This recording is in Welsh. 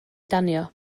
danio